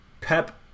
Pep